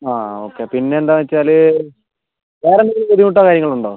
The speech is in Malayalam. ആ ഓക്കെ പിന്നെ എന്താണെന്ന് വച്ചാൽ വേറെ എന്തെങ്കിലും ബുദ്ധിമുട്ടോ കാര്യങ്ങളോ ഉണ്ടോ